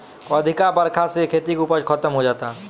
अधिका बरखा से खेती के उपज खतम हो जाता